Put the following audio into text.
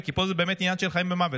כי פה זה באמת עניין של חיים ומוות.